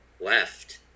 left